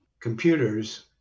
computers